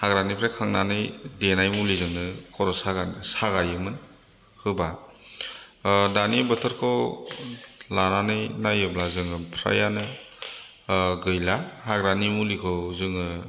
हाग्रानिफ्राय खांनानै देनाय मुलिजोंनो खर' सागायोमोन होबा दानि बोथोरखौ लानानै नायोब्ला जोङो फ्रायआनो गैला हाग्रानि मुलिखौ जोङो